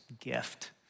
gift